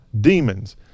Demons